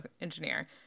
engineer